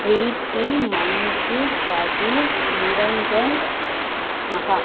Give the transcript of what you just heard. Preethi Manju Kathir Niranjan Maha